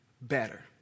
better